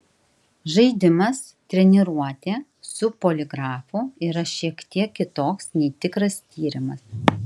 žaidimas treniruotė su poligrafu yra šiek tiek kitoks nei tikras tyrimas